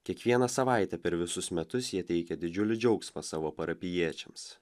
kiekvieną savaitę per visus metus jie teikia didžiulį džiaugsmą savo parapijiečiams